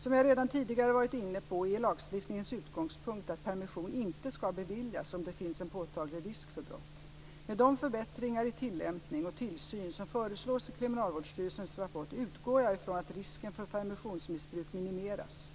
Som jag redan tidigare varit inne på är lagstiftningens utgångspunkt att permission inte ska beviljas om det finns en påtaglig risk för brott. Med de förbättringar i tillämpning och tillsyn som föreslås i Kriminalvårdsstyrelsens rapport utgår jag från att risken för permissionsmissbruk minimeras.